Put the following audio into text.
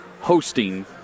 hosting